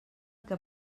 què